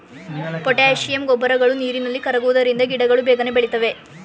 potassium ಗೊಬ್ಬರಗಳು ನೀರಿನಲ್ಲಿ ಕರಗುವುದರಿಂದ ಗಿಡಗಳು ಬೇಗನೆ ಬೆಳಿತವೆ